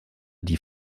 die